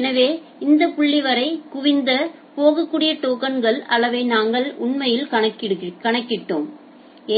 எனவே இந்த புள்ளி வரை குவிந்து போகக்கூடிய டோக்கன்கள் அளவை நாங்கள் உண்மையில் கணக்கிட்டோம்